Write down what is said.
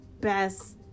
best